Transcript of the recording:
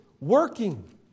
working